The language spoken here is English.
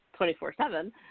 24-7